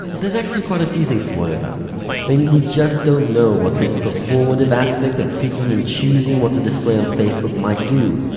actually quite a few things to worry about. i mean, we just don't know what this performative aspect of picking and choosing what to display on facebook might do.